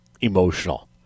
emotional